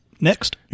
Next